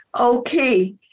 Okay